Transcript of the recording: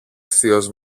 θείος